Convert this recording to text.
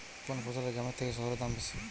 কোন ফসলের গ্রামের থেকে শহরে দাম বেশি?